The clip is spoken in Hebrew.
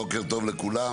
בוקר טוב לכולם.